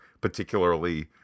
particularly